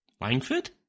Langford